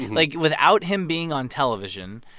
like, without him being on television,